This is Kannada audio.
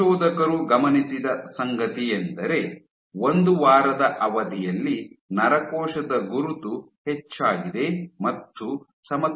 ಸಂಶೋಧಕರು ಗಮನಿಸಿದ ಸಂಗತಿಯೆಂದರೆ ಒಂದು ವಾರದ ಅವಧಿಯಲ್ಲಿ ನರಕೋಶದ ಗುರುತು ಹೆಚ್ಚಾಗಿದೆ ಮತ್ತು ಸಮತಟ್ಟಾಗಿರುತ್ತದೆ